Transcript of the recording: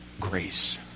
grace